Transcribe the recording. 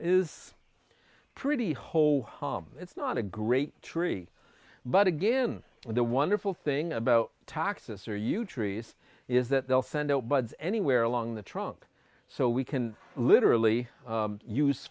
is pretty whole harm it's not a great tree but again the wonderful thing about taxes are huge trees is that they'll send all but anywhere along the trunk so we can literally u